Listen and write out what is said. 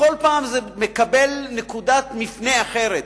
בכל פעם זה מקבל נקודת מפנה אחרת.